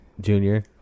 Junior